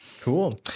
cool